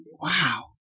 Wow